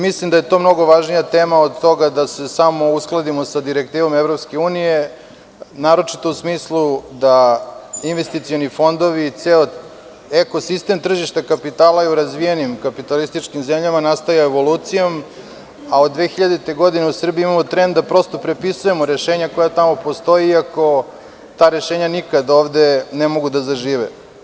Mislim da je to mnogo važnija tema od toga da se samo uskladimo sa direktivom EU, naročito u smislu da investicioni fondovi i ceo ekosistem tržišta kapitala i u razvijenim kapitalističkim zemljama nastaje evolucijom, a od 2000. godine u Srbiji imamo trend da prosto prepisujemo rešenja koja tamo postoje, iako ta rešenja nikad ovde ne mogu da zažive.